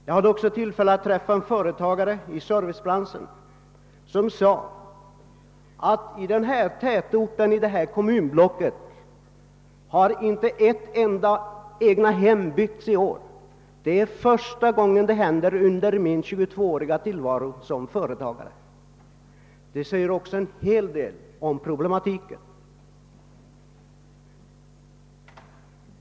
Jag hade också tillfälle att träffa en företagare i servicebranschen, som berättade att det i hans kommunblock inte hade byggts ett enda egethem under året. Det var första gången något sådant hade inträffat under hans tjugotvååriga tillvaro som företagare. Det säger också en hel del om problemen.